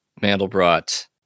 mandelbrot